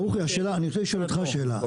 ברוכי, אני רוצה לשאול אותך שאלה.